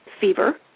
fever